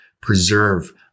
preserve